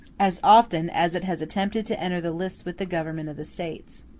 as often as it has attempted to enter the lists with the governments of the states.